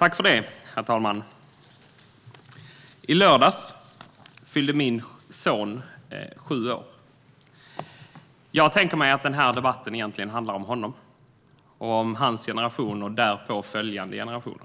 Herr talman! I lördags fyllde min son sju år. Jag tänker att den här debatten egentligen handlar om honom och hans generation och därpå följande generationer.